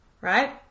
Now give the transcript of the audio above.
right